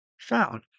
found